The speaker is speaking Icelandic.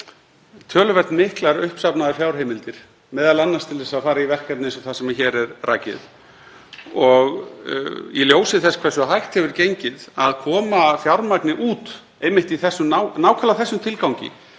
með töluvert miklar uppsafnaðar fjárheimildir, m.a. til þess að fara í verkefni eins og það sem hér er rakið. Í ljósi þess hversu hægt hefur gengið að koma fjármagni út í nákvæmlega þessum tilgangi,